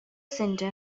center